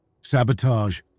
Sabotage